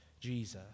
Jesus